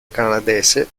canadese